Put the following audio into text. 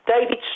David